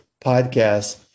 podcast